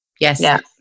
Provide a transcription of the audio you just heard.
yes